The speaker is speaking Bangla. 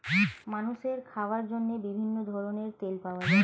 মানুষের খাওয়ার জন্য বিভিন্ন ধরনের তেল পাওয়া যায়